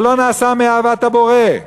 זה לא נעשה מאהבת הבורא,